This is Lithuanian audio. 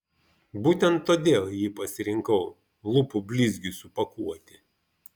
būtent todėl jį pasirinkau lūpų blizgiui supakuoti